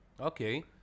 Okay